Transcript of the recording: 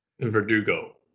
Verdugo